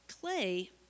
Clay